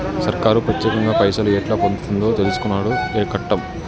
సర్కారు పత్యేకంగా పైసలు ఎట్లా పొందుతుందో తెలుసుకునుడు కట్టం